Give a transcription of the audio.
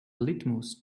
litmus